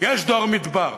יש דור מדבר,